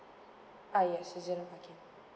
ah yes seasonal parking